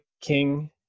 King